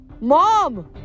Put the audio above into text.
Mom